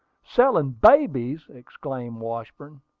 selling babies! exclaimed washburn.